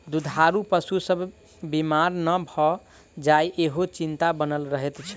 दूधारू पशु सभ बीमार नै भ जाय, ईहो चिंता बनल रहैत छै